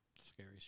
Scary